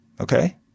Okay